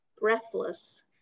breathless